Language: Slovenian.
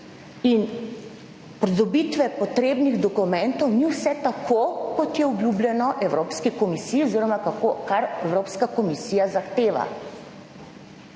in pridobitve potrebnih dokumentov, ni vse tako, kot je obljubljeno Evropski komisiji oziroma kar Evropska komisija 33.